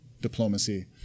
diplomacy